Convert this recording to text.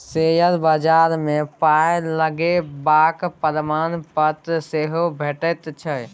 share बजार मे पाय लगेबाक प्रमाणपत्र सेहो भेटैत छै